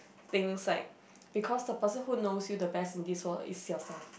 things like because the person knows you the best is yourself